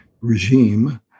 regime